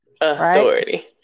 Authority